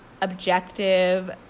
objective